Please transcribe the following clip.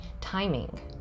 timing